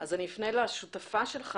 אפנה לשותפה שלך